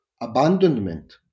abandonment